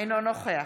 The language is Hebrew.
אינו נוכח